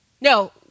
No